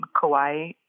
Kauai